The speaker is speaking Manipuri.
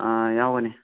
ꯌꯥꯎꯕꯅꯦ